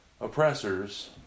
oppressors